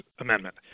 Amendment